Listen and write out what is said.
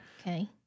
okay